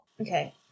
Okay